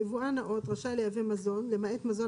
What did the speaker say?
יבואן נאות רשאי לייבא מזון למעט מזון